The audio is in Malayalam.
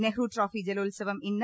നെഹ്റുട്രോഫി ജലോത്സവം ഇന്ന്